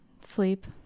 Sleep